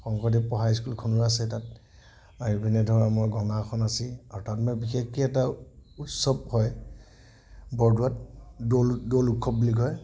শংকৰদেৱ পঢ়া স্কুলখনো আছে তাত আৰু ইপিনে ধৰক আমাৰ গংগাসন আছেই আৰু তাত মানে বিশেষকৈ এটা উৎসৱ হয় বৰদোৱাত দৌল উৎসৱ বুলি কয়